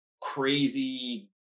crazy